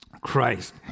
Christ